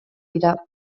dira